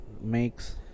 makes